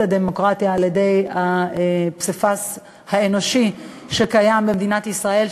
הדמוקרטיה על-ידי ייצוג הפסיפס האנושי שקיים במדינת ישראל,